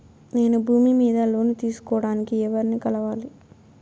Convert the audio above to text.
నేను భూమి మీద లోను తీసుకోడానికి ఎవర్ని కలవాలి?